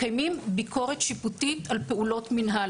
מקיימים ביקורת שיפוטית על פעולת מנהל,